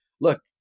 look